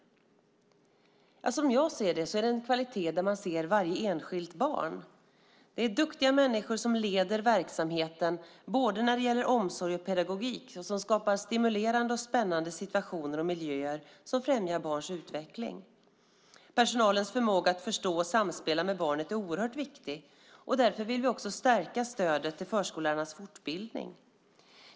Som jag ser det är det när man ser varje enskilt barn. Det är duktiga människor som leder verksamheten både när det gäller omsorg och pedagogik och som skapar stimulerande och spännande situationer och miljöer som främjar barns utveckling. Personalens förmåga att förstå och samspela med barnet är oerhört viktig. Därför vill vi också stärka stödet till förskollärarnas fortbildning.